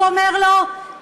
הוא אומר לו?